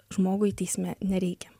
žmogui teisme nereikia